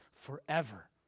forever